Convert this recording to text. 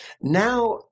Now